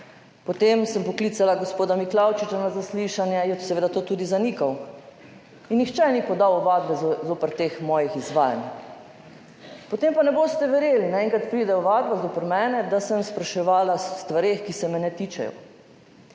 Potem sem poklicala gospoda Miklavčiča na zaslišanje, je seveda to tudi zanikal. Nihče ni podal ovadbe zoper teh mojih izvajanj. Potem pa ne boste verjeli, na enkrat pride ovadba zoper mene, da sem spraševala o stvareh, ki se me ne tičejo,